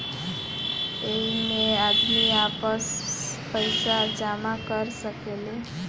ऐइमे आदमी आपन पईसा जमा कर सकेले